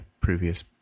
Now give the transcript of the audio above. previous